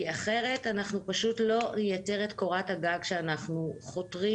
אחרת אנחנו פשוט לא נייצר את קורת הגג אליה אנחנו חותרים.